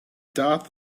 darth